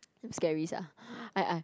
damn scary sia I I